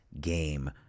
game